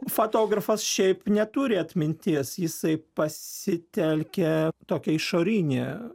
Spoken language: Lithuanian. fotografas šiaip neturi atminties jisai pasitelkia tokią išorinė